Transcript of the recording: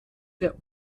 der